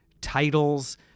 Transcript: titles